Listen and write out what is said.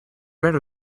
better